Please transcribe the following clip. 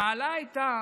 המעלה הייתה